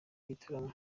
igitaramo